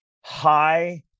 high